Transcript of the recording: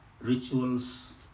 rituals